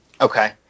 Okay